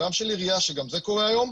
גם של עירייה, שגם זה קורה היום,